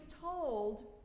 told